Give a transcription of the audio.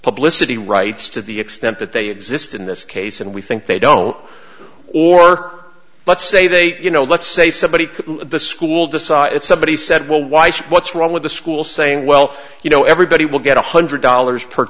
publicity rights to the extent that they exist in this case and we think they don't or let's say they you know let's say somebody the school decide if somebody said well why should what's wrong with the school saying well you know everybody will get one hundred dollars per